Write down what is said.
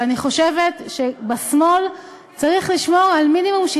ואני חושבת שבשמאל צריך לשמור על מינימום של